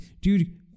dude